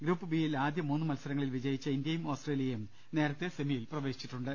group ബിയിൽ ആദ്യ മൂന്ന് മത്സരങ്ങളിൽ വിജയിച്ച ഇന്ത്യയും ഓസ്ട്രേലി യയും നേരത്തെ സെമിയിൽ പ്രവേശിച്ചിട്ടുണ്ട്